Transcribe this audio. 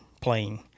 playing